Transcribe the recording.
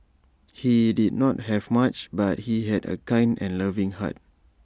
he did not have much but he had A kind and loving heart